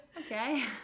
Okay